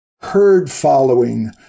herd-following